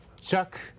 Chuck